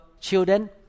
children